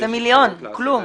זה מיליון, כלום,